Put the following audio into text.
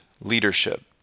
leadership